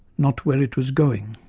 not where it was going.